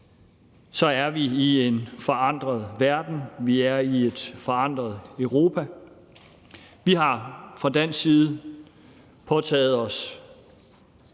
er vi i en forandret verden, vi er i et forandret Europa. Vi har fra dansk side påtaget os